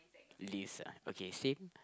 Liz ah okay same